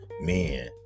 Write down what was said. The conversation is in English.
men